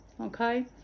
Okay